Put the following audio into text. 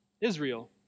Israel